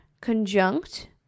conjunct